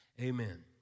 Amen